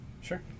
Sure